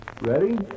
ready